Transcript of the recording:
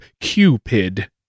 Cupid